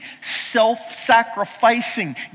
self-sacrificing